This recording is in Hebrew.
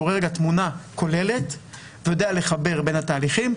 שהוא רואה תמונה כוללת ויודע לחבר בין התהליכים.